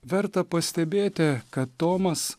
verta pastebėti kad tomas